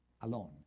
alone